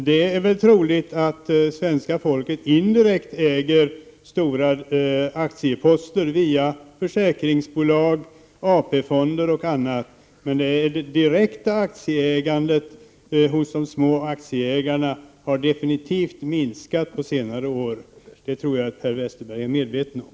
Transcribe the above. Herr talman! Det är troligt att svenska folket indirekt äger stora aktieposter via försäkringsbolag, AP-fonder och annat, men det direkta aktieägandet hos de små aktieägarna har definitivt minskat på senare år, vilket jag tror att Per Westerberg är medveten om.